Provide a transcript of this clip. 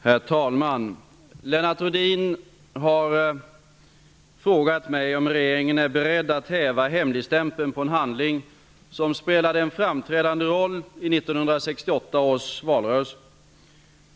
Herr talman! Lennart Rohdin har frågat mig om regeringen är beredd att häva hemligstämpeln på en handling som spelade en framträdande roll i 1968 års valrörelse.